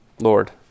Lord